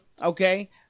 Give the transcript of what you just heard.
okay